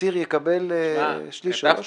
האסיר יקבל שליש או לא יקבל שליש?